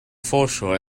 foreshore